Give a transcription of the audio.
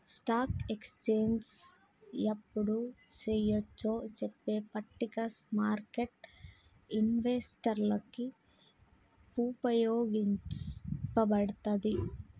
stock exchange యెప్పుడు చెయ్యొచ్చో చెప్పే పట్టిక స్మార్కెట్టు ఇన్వెస్టర్లకి వుపయోగపడతది